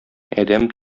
адәм